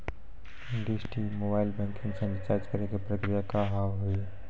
Dish TV mobile banking से recharge करे के प्रक्रिया का हाव हई?